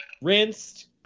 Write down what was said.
rinsed